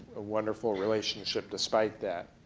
a wonderful relationship despite that.